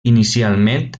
inicialment